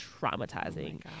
traumatizing